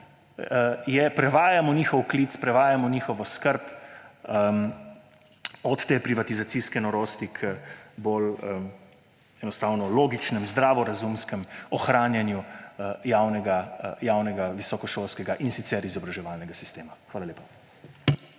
je, da prevajamo njihov klic, prevajamo njihovo skrb od te privatizacijske norosti k bolj enostavno logičnem, zdravorazumskem ohranjanju javnega visokošolskega in sicer izobraževalnega sistema. Hvala lepa.